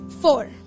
Four